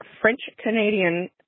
French-Canadian